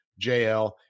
JL